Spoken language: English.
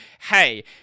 hey